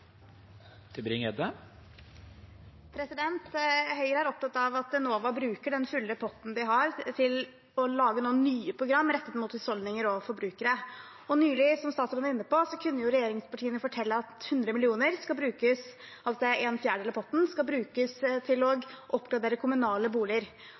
Høyre er opptatt av at Enova bruker den fulle potten de har, til å lage noen nye programmer rettet mot husholdninger og forbrukere. Og nylig, som statsråden var inne på, kunne regjeringspartiene fortelle at 100 mill. kr – altså en fjerdedel av potten – skal brukes til å oppgradere kommunale boliger.